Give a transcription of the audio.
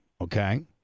Okay